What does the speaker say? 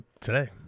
today